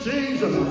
Jesus